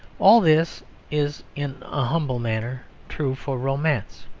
all this is, in a humble manner, true for romance.